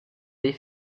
des